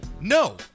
No